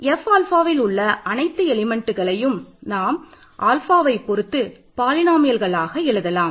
g alpha b 0 என்று எழுதலாம்